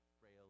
frail